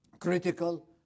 critical